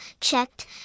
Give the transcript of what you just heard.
checked